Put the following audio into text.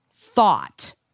thought